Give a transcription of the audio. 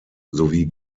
sowie